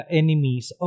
enemies